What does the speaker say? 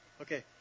Okay